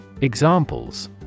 Examples